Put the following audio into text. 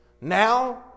now